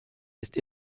ist